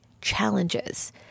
challenges